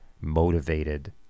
motivated